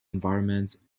environments